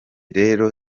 rero